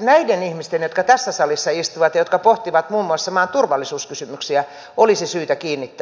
näiden ihmisten jotka tässä salissa istuvat ja jotka pohtivat muun muassa maan turvallisuuskysymyksiä olisi syytä kiinnittää huomiota